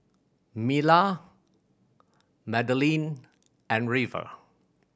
Myla Magdalene and River